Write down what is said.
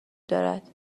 دارد